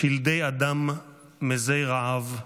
שלדי אדם מזי רעב,